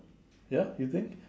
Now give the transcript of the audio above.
ya you think